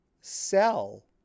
sell